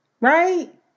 right